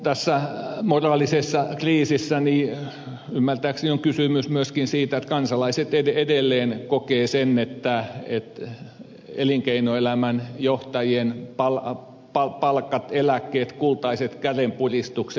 tässä moraalisessa kriisissä ymmärtääkseni on kysymys myöskin siitä miten kansalaiset edelleen kokevat elinkeinoelämän johtajien palkat eläkkeet kultaiset kädenpuristukset